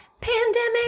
Pandemic